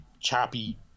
choppy